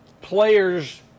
players –